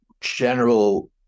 general